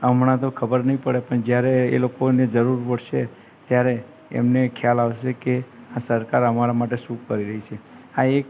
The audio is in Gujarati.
હમણાં તો ખબર નહીં પડે પણ જ્યારે એ લોકોને જરૂર પડશે ત્યારે એમને ખ્યાલ આવશે કે આ સરકાર અમારા માટે શું કરી રહી છે આ એક